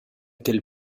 quel